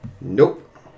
Nope